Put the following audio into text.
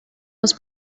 was